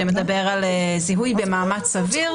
שמדבר על זיהוי במאמץ סביר,